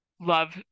love